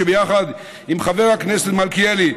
שיחד עם חבר הכנסת מלכיאלי,